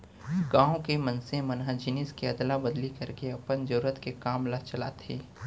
गाँव के मनसे मन जिनिस के अदला बदली करके अपन जरुरत के काम ल चलाथे